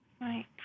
right